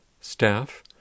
staff